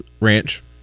ranch